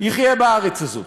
יחיה בארץ הזאת.